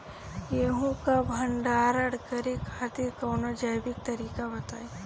गेहूँ क भंडारण करे खातिर कवनो जैविक तरीका बताईं?